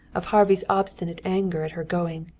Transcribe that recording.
of harvey's obstinate anger at her going,